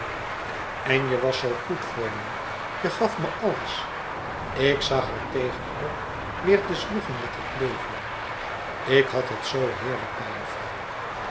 en je was zoo goed voor me je gaf me alles ik zag er tegen op weêr te zwoegen met het leven ik had het zoo heerlijk bij je frank